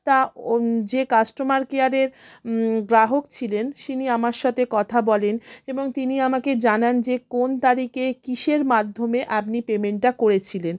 তা যে কাস্টোমার কেয়ারের গ্রাহক ছিলেন তিনি আমার সাথে কথা বলেন এবং তিনি আমাকে জানান যে কোন তারিখে কীসের মাধ্যমে আপনি পেমেন্টন্টা করেছিলেন